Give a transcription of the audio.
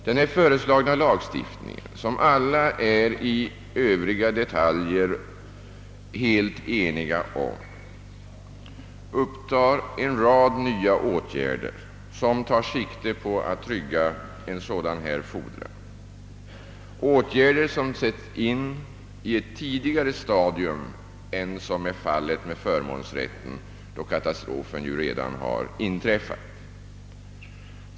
Den föreslagna lagstiftningen, som alla är i övriga detaljer helt eniga om, upptar en rad nya åtgärder som tar sikte på att trygga en sådan fordran, åtgärder som sätts in på ett tidigare stadium än som är fallet med förmånsrätten, som inträder först då katastrofen redan har inträffat.